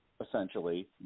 essentially